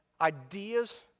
ideas